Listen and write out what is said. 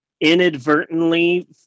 inadvertently